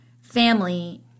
family